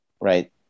Right